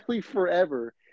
forever